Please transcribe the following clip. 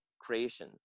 creation